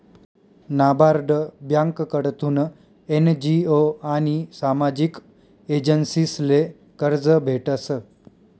नाबार्ड ब्यांककडथून एन.जी.ओ आनी सामाजिक एजन्सीसले कर्ज भेटस